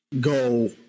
go